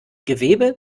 gewebe